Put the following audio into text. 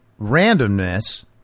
randomness